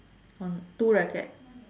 on two racket